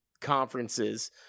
conferences